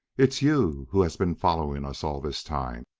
it's you who has been following us all this time!